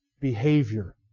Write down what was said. behavior